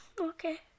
Okay